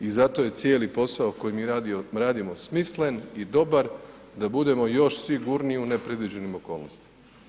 I zato je cijeli posao koji mi radimo, smislen i dobar da bude još sigurniji u nepredviđenim okolnostima.